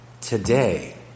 today